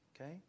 Okay